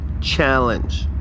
challenge